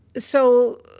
so